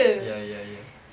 ya ya ya